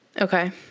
Okay